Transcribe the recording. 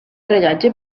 rellotge